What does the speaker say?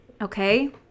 okay